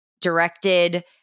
directed